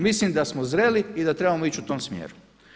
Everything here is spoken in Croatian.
Mislim da smo zreli i da trebamo ići u tom smjeru.